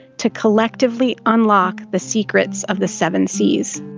to collectively unlock the secrets of the seven seas.